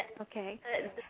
Okay